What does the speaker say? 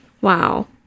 wow